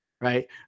Right